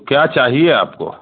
क्या चाहिए आपको